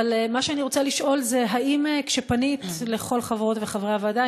אבל מה שאני רוצה לשאול זה האם כשפנית לכל חברות וחברי הוועדה,